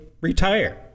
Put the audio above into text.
retire